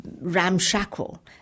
ramshackle